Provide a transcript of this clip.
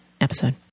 episode